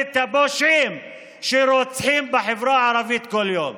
את הפושעים שרוצחים בחברה הערבית כל יום.